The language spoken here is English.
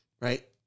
right